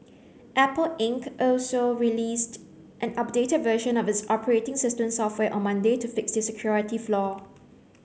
Apple Inc also released an updated version of its operating system software on Monday to fix the security flaw